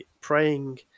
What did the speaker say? praying